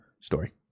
story